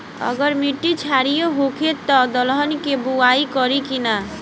अगर मिट्टी क्षारीय होखे त दलहन के बुआई करी की न?